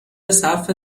صرف